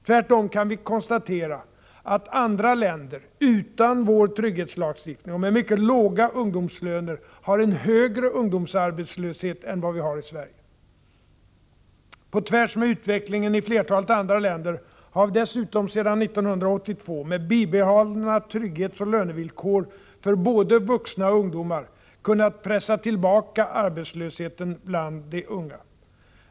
Tvärtom kan vi konstatera att andra länder, utan vår trygghetslagstiftning och med mycket låga ungdomslöner, har en högre ungdomsarbetslöshet än vi har här i Sverige. På tvärs med utvecklingen i flertalet andra länder har vi dessutom sedan 1982 — med bibehållna trygghetsoch lönevillkor för både vuxna och ungdomar — kunnat pressa tillbaka arbetslösheten bland de unga.